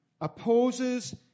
opposes